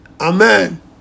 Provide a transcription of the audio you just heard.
Amen